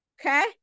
Okay